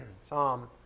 Psalm